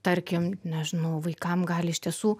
tarkim nežinau vaikam gali iš tiesų